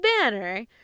banner